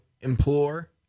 implore